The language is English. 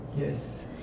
Yes